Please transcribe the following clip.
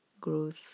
Growth